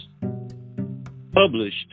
published